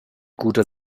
guter